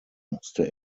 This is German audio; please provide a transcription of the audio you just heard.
musste